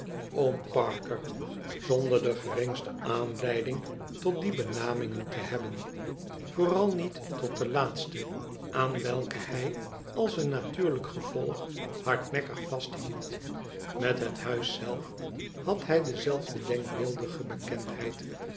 oom parker zonder de geringste aanleiding tot die benamingen te hebben vooral niet tot de laatste aan welke hij als een natuurlijk gevolg hardnekkig vasthield met het huis zelf had hij dezelfde denkbeeldige bekendheid